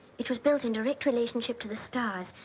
it was built in direct relationship to the stars,